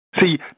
See